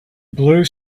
blue